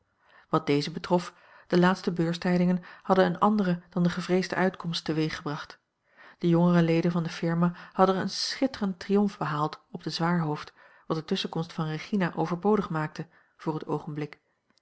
wat dezen betrof de laatste beurstijdingen hadden eene andere dan de gevreesde uitkomst teweeggebracht de jongere leden van de firma hadden een schitterenden triomf behaald op den zwaarhoofd wat de tusschenkomst van regina overbodig maakte voor het oogenblik